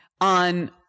on